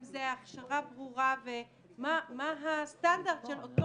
אם זה הכשרה ברורה ומה הסטנדרט של אותו